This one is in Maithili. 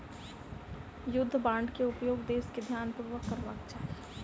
युद्ध बांड के उपयोग देस के ध्यानपूर्वक करबाक चाही